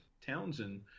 Townsend